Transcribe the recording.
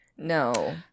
No